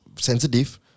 sensitive